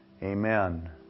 Amen